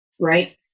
right